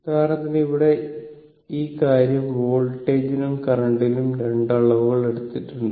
ഉദാഹരണത്തിന് ഇവിടെ ഈ കാര്യം വോൾട്ടേജിലും കറന്റിലും 2 അളവുകൾ എടുത്തിട്ടുണ്ട്